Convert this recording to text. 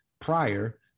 prior